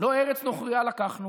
"לא ארץ נוכרייה לקחנו